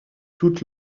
toute